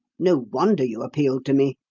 no wonder you appealed to me!